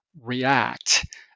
react